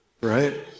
Right